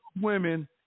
women